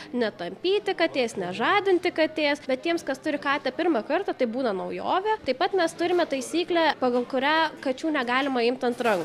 netampyti katės nežadinti katės bet tiems kas turi katę pirmą kartą tai būna naujovė taip pat mes turime taisyklę pagal kurią kačių negalima imt ant rank